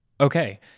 okay